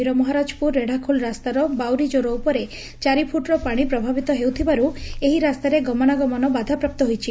ବୀରମହାରାଜପ୍ରର ରେଢ଼ାଖୋଲ ରାସ୍ତାର ବାଉରୀ ଜୋର ଉପରେ ଚାରିଫ୍ଟର ପାଣି ପ୍ରବାହିତ ହେଉଥିବାରୁ ଏହି ରାସ୍ତାରେ ଗମନାଗମନ ବାଧାପ୍ରାପ୍ତ ହୋଇଛି